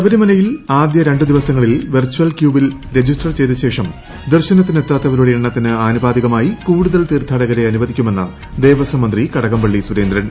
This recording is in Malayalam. ശബരിമലയിൽ ആദ്യു ർണ്ടു ദിവസങ്ങളിൽ വെർച്വൽ ക്യൂവിൽ രജിസ്റ്റർ പ്ലെയ്ത ശേഷം ദർശനത്തിന് എത്താത്തവരുടെ എണ്ണത്തിന് ആനുപാതികമായി കൂടുതൽ തീർത്ഥാടകരെ അനുവദിക്കുമെന്ന് ദേവസ്വം മന്ത്രി കടകംപള്ളി സുരേന്ദ്രൻ